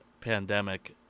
pandemic